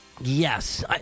Yes